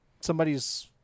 somebody's-